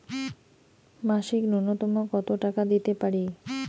মাসিক নূন্যতম কত টাকা দিতে পারি?